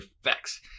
effects